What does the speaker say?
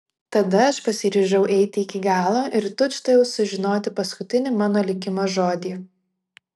tada aš pasiryžau eiti iki galo ir tučtuojau sužinoti paskutinį mano likimo žodį